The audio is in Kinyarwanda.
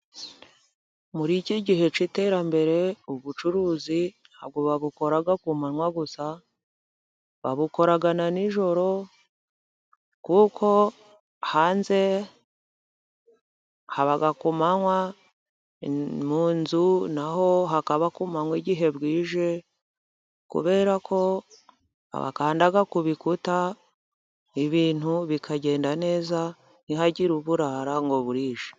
Muri iki gihe cy'iterambere, ubucuruzi ntabwo bakora ku manywa gusa, babukora na na nijoro kuko hanze haba ku manywa, mu nzu na ho hakaba ku manywa igihe bwije, kubera ko bakanda ku bikuta, ibintu bikagenda neza ntihagire uburara ngo burije.